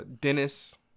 Dennis